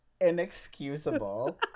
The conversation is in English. inexcusable